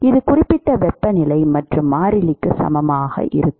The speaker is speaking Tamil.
இது அடிப்படை வெப்பநிலை மற்றும் மாறிலிக்கு சமமாக இருக்கும்